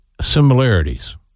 similarities